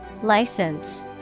License